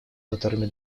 которыми